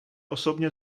osobně